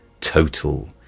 total